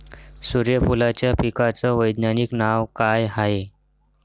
सुर्यफूलाच्या पिकाचं वैज्ञानिक नाव काय हाये?